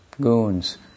goons